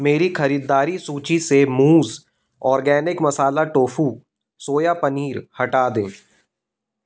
मेरी ख़रीदारी सूचि से मूज़ organic masala tofu soya paneer हटा दें